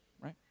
right